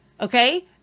okay